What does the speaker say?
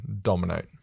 dominate